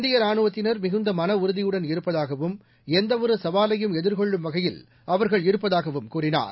இந்திய ரானுவத்தினர் மிகுந்த மனஉறுதியுடன் இருப்பதாகவும் எந்தவொரு சவாலையும் எதிர்கொள்ளும் வகையில் அவர்கள் இருப்பதாகவும் அவர் கூறினார்